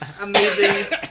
amazing